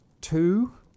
two